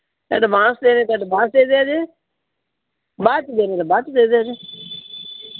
advance ਦੇਣੇ ਤਾਂ advance ਦੇ ਦਿਆ ਜੇ ਬਾਅਦ 'ਚ ਦੇਣੇ ਤਾਂ ਬਾਅਦ 'ਚ ਦੇ ਦਿਓ ਜੀ